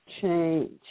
Change